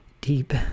deep